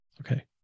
Okay